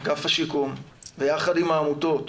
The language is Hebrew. אגף השיקום, ויחד עם העמותות,